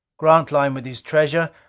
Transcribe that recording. grantline with his treasure,